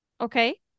Okay